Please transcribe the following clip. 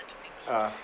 ah